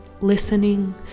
listening